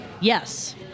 Yes